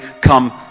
come